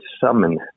summon